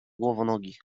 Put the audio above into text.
głowonogi